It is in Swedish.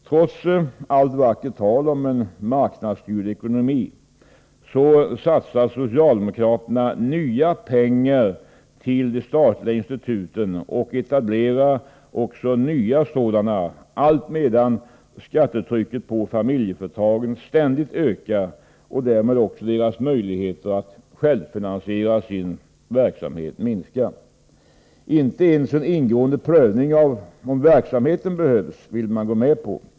Trots allt vackert tal om en marknadsstyrd ekonomi satsar socialdemokraterna nya pengar på de statliga instituten och etablerar också nya sådana, allt medan skattetrycket på familjeföretagen ständigt ökar och därmed också deras möjligheter att självfinansiera sin verksamhet minskar. Inte ens en ingående prövning av om verksamheten behövs vill man gå med på.